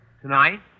Tonight